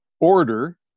order